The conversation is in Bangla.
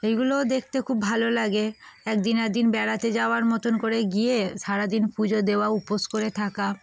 এইগুলো দেখতে খুব ভালো লাগে একদিন একদিন বেড়াতে যাওয়ার মতন করে গিয়ে সারাদিন পুজো দেওয়া উপোস করে থাকা